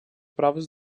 proves